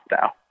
now